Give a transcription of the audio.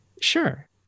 Sure